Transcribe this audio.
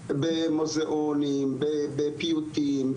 במוזיאונים, בפיוטים,